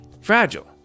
fragile